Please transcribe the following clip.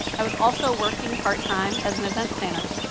i was also working part-time as an event planner.